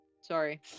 sorry